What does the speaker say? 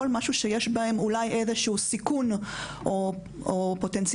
כל מה שיש בו איזה שהוא סיכון או פוטנציאל